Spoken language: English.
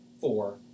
four